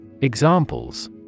Examples